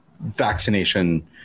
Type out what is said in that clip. vaccination